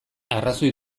arrazoi